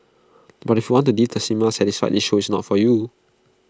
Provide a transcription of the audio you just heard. but if you want to leave the cinema satisfied this show is not for you